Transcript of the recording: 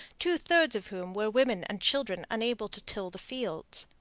two-thirds of whom were women and children unable to till the fields.